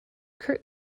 kurt